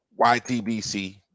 YTBC